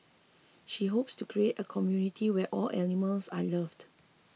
she hopes to create a community where all animals are loved